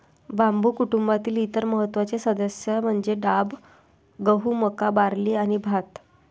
बांबू कुटुंबातील इतर महत्त्वाचे सदस्य म्हणजे डाब, गहू, मका, बार्ली आणि भात